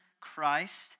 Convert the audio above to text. Christ